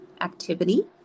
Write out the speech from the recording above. activity